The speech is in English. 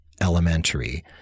elementary